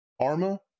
Arma